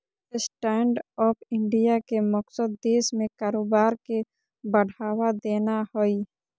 stand up India के मकसद देश में कारोबार के बढ़ावा देना हइ